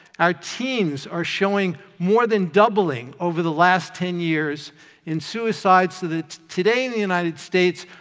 our teens are showing more than doubling over the last ten years in suicide, so that today in the united states,